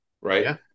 Right